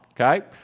okay